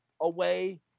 away